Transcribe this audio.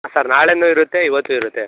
sir ನಾಳೆನೂ ಇರುತ್ತೆ ಇವತ್ತೂ ಇರುತ್ತೆ